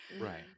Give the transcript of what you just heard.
Right